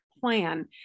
plan